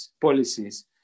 policies